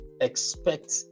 expect